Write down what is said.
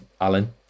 Alan